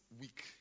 week